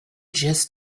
just